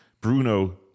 Bruno